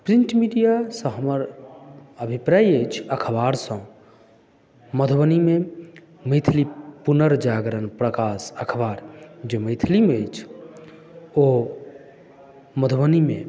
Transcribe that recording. print media सँ हमर अभिप्राय अछि अखबारसँ मधुबनीमे मैथिली पुनर्जागरण प्रकाश अखबार जे मैथिलीमे अछि ओ मधुबनीमे